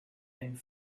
and